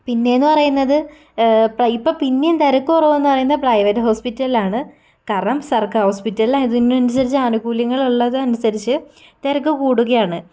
പിന്നേന്ന് പറയുന്നത് ഇപ്പം ഇപ്പോൾ പിന്നെയും തിരക്ക് കുറവെന്ന് പറയുന്നത് പ്രൈവറ്റ് ഹോസ്പ്പിറ്റലിലാണ് കാരണം സർക്കാർ ഹോസ്പ്പിറ്റലില് അതിനൻസരിച്ച് ആനുകൂല്യങ്ങളുള്ളത് അൻസരിച്ച് തിരക്ക് കൂടുകയാണ്